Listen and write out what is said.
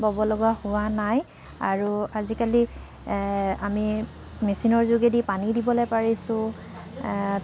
ল'ব লগা হোৱা নাই আৰু আজিকালি আমি মেচিনৰ যোগেদি পানী দিবলৈ পাৰিছোঁ